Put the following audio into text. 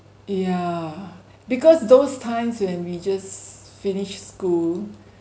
yeah because those times when we just finish school